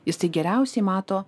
jisai geriausiai mato